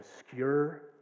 obscure